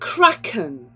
Kraken